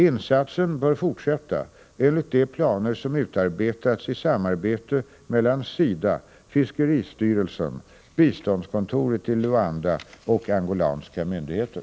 Insatsen bör fortsätta enligt de planer som utarbetats i samarbete mellan SIDA, fiskeristyrelsen, biståndskontoret i Luanda och angolanska myndigheter.